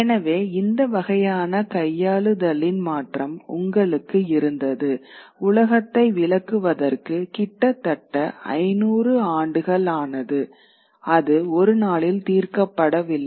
எனவே இந்த வகையான கையாளுதலின் மாற்றம் உங்களுக்கு இருந்தது உலகத்தை விளக்குவதற்கு கிட்டத்தட்ட 500 ஆண்டுகள் ஆனது அது ஒரு நாளில் தீர்க்கப்படவில்லை